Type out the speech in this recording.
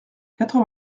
quatre